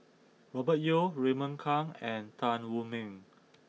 Robert Yeo Raymond Kang and Tan Wu Meng